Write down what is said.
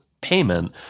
payment